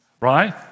Right